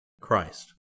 Christ